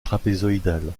trapézoïdale